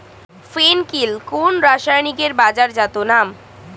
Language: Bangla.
ফেন কিল কোন রাসায়নিকের বাজারজাত নাম?